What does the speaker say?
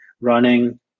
running